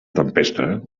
tempesta